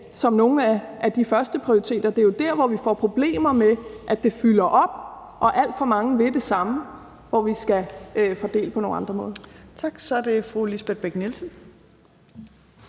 som nogle af de førsteprioriteter. Det er jo der, hvor vi får problemer med, at der fyldes op nogle steder og alt for mange vil det samme, at vi skal fordele de unge på nogle andre måder. Kl. 14:13 Tredje næstformand